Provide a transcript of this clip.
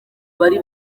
bari